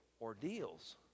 ordeals